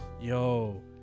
Yo